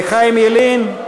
חיים ילין?